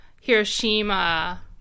Hiroshima